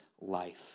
life